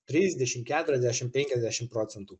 trisdešim keturiasdešim penkiasdešim procentų